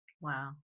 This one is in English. Wow